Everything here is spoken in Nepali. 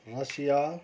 रसिया